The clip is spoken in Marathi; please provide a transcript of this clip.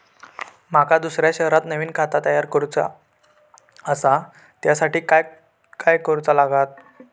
माका दुसऱ्या शहरात नवीन खाता तयार करूचा असा त्याच्यासाठी काय काय करू चा लागात?